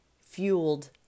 fueled